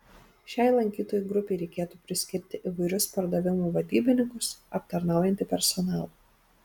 šiai lankytojų grupei reikėtų priskirti įvairius pardavimų vadybininkus aptarnaujantį personalą